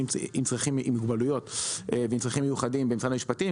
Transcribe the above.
עם מוגבלויות וצרכים מיוחדים במשרד המשפטים.